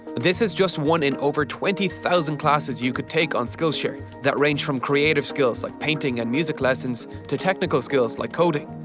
this is just one in over twenty thousand classes you could take on skillshare. that range from creative skills like painting and music lessons to technical skills like coding.